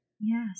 Yes